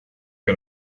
que